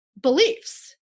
beliefs